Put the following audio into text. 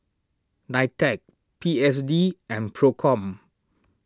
Nitec P S D and Procom